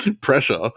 pressure